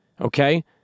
okay